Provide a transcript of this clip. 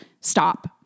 Stop